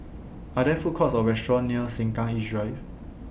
Are There Food Courts Or restaurants near Sengkang East Drive